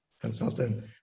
consultant